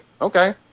okay